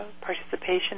participation